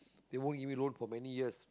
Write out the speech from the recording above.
they won't give me loan for many years